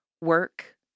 work